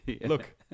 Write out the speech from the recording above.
look